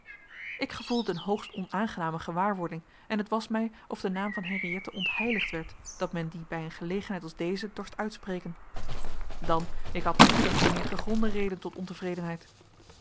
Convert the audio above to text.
ik gevoelde een hoogst onaangename gewaarwording en het was mij of de naam van henriëtte ontheiligd werd dat men dien bij een gelegenheid als deze dorst uitspreken dan ik had spoedig meer gegronde reden tot ontevredenheid